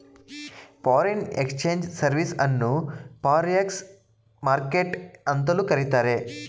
foreign exchange service ಅನ್ನು forex market ಅಂತಲೂ ಕರಿತಾರೆ